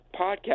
podcast